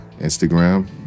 Instagram